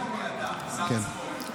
מה, אתה יודע כמו מי אתה, שר הספורט?